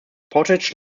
portage